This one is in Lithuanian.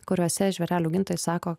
kuriuose žvėrelių augintojai sako